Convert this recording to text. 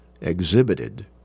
exhibited